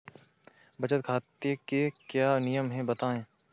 बचत खाते के क्या नियम हैं बताएँ?